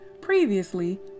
Previously